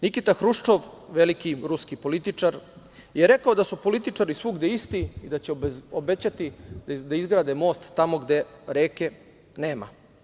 Nikita Hruščov, veliki ruski političar, je rekao da su političari svugde isti i da će obećati da izgrade most tamo gde reke nema.